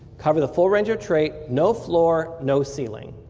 cover the full range of trait, no floor, no ceiling.